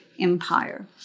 empire